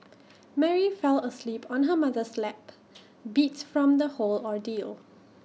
Mary fell asleep on her mother's lap beat from the whole ordeal